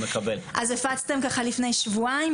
אז הפצתם לפני כשבועיים,